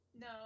No